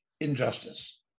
injustice